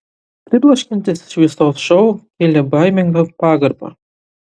pribloškiantis šviesos šou kėlė baimingą pagarbą